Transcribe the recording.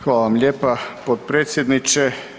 Hvala vam lijepa potpredsjedniče.